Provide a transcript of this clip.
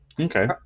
Okay